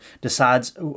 decides